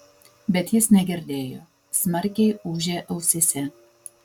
bet jis negirdėjo smarkiai ūžė ausyse